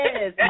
Yes